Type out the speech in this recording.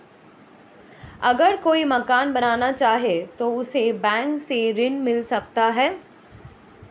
अगर कोई मकान बनाना चाहे तो उसे बैंक से ऋण मिल सकता है?